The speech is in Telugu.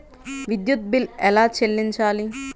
విద్యుత్ బిల్ ఎలా చెల్లించాలి?